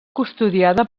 custodiada